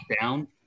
down